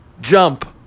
Jump